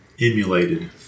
emulated